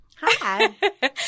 Hi